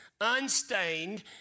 unstained